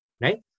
right